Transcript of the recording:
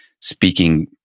speaking